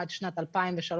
עד שנת 2003,